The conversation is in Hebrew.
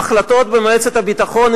ההחלטות במועצת הביטחון,